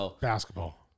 basketball